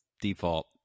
Default